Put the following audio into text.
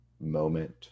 moment